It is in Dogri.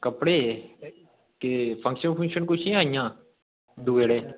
कपड़े केह् फंक्शन किश जां इंया देई ओड़ां